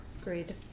Agreed